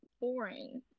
boring